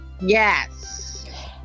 yes